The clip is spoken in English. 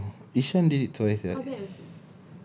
I know ishan did it twice sia